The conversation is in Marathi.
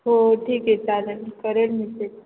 हो ठीक आहे चालेल करेल मी ते